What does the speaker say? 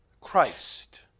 Christ